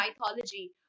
mythology